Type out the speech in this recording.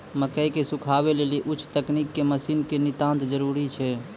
मकई के सुखावे लेली उच्च तकनीक के मसीन के नितांत जरूरी छैय?